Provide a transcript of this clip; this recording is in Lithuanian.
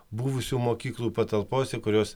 buvusių mokyklų patalpose kurios